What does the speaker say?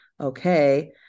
okay